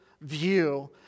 view